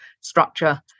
structure